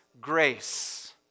grace